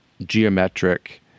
geometric